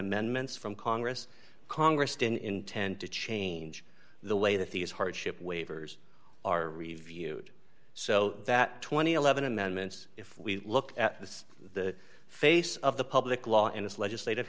amendments from congress congress didn't intend to change the way that these hardship waivers are reviewed so that two thousand and eleven amendments if we look at this the face of the public law and its legislative